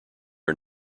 are